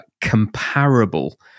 comparable